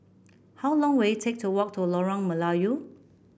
how long will it take to walk to Lorong Melayu